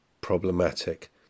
problematic